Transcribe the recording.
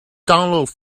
download